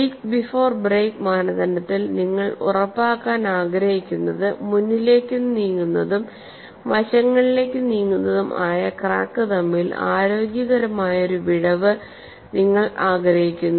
leak before break മാനദണ്ഡത്തിൽ നിങ്ങൾ ഉറപ്പാക്കാൻ ആഗ്രഹിക്കുന്നത് മുന്നിലേക്ക് നീങ്ങുന്നതും വശങ്ങളിലേക്ക് നീങ്ങുന്നതും ആയ ക്രാക്ക് തമ്മിൽ ആരോഗ്യകരമായ ഒരു വിടവ് നിങ്ങൾ ആഗ്രഹിക്കുന്നു